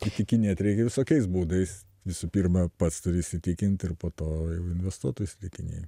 įtikinėt reikia visokiais būdais visų pirma pats turi įsitikint ir po to jau investuotojus įtikinėji